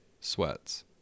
sweats